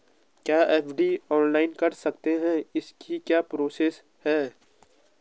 क्या FD online कर सकते हैं इसकी क्या प्रोसेस है?